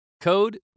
code